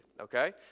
Okay